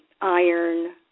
Iron